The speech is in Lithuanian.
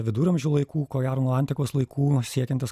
viduramžių laikų ko gero nuo antikos laikų siekiantis